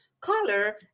color